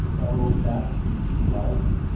oh, that's easy! right?